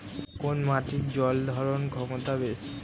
কোন মাটির জল ধারণ ক্ষমতা বেশি?